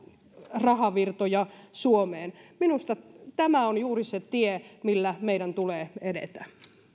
rahavirtoja suomeen minusta tämä on juuri se tie millä meidän tulee edetä